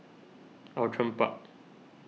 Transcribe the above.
Outram Park